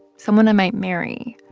someone i might marry.